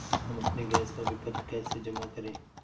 हम अपने गैस का विपत्र कैसे जमा करें?